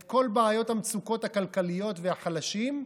את כל בעיות המצוקות הכלכליות והחלשים,